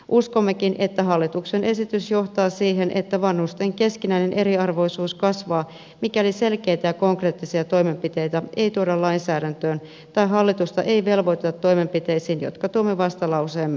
uskommekin että hallituksen esitys johtaa siihen että vanhusten keskinäinen eriarvoisuus kasvaa mikäli selkeitä ja konkreettisia toimenpiteitä ei tuoda lainsäädäntöön tai hallitusta ei velvoiteta toimenpiteisiin jotka tuomme vastalauseemme lausumaehdotuksessa esiin